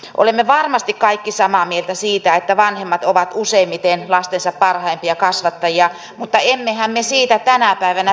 olemme varmasti kaikki samaa mieltä siitä että vanhemmat ovat useimmiten lastensa parhaimpia kasvattajia mutta emmehän me siitä tänä päivänä täällä keskustele